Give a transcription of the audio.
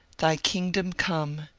thy kingdom come,